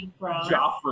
Joffrey